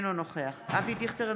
אינו נוכח אבי דיכטר,